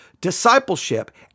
discipleship